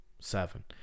Seven